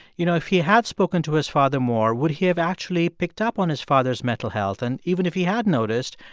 you know, if he had spoken to his father more, would he have actually picked up on his father's mental health? and even if he had noticed,